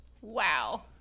Wow